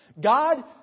God